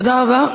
תודה רבה.